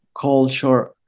culture